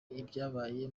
ibyabaye